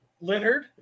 Leonard